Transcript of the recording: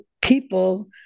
people